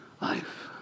life